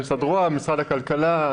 הכלכלה,